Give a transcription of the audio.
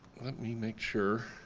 let me make sure,